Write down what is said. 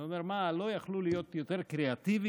אני אומר: מה, לא יכלו להיות יותר קריאטיביים?